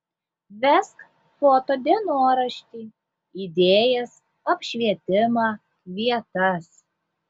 vesk foto dienoraštį idėjas apšvietimą vietas